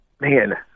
man